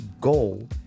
goal